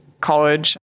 college